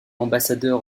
ambassadeur